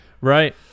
Right